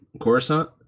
Coruscant